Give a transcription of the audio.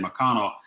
McConnell